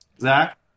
Zach